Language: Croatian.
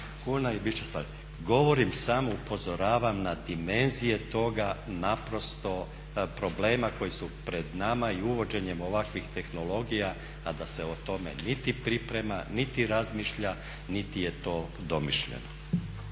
kuna i bit će sve. Govorim, samo upozoravam na dimenzije toga naprosto problema koji su pred nama i uvođenjem ovakvih tehnologija a da se o tome niti priprema niti razmišlja niti je to domišljeno.